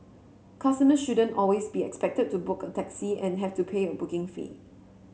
customer shouldn't always be expected to book a taxi and have to pay a booking fee